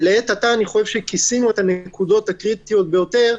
לעת עתה אני חושב שכיסינו את הנקודות הקריטיות ביותר.